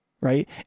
Right